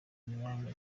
imyanya